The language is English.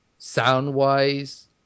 Sound-wise